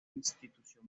institución